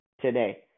today